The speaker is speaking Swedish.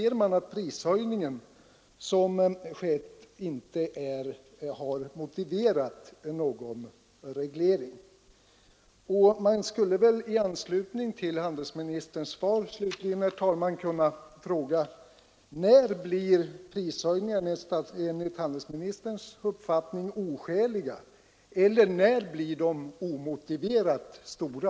Eller anser man att den prishöjning som skett inte har motiverat någon reglering? I anslutning till handelsministerns svar skulle man slutligen, herr talman, kunna fråga: När blir prishöjningar enligt handelsministerns uppfattning oskäliga eller omotiverat stora?